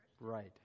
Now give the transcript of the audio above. right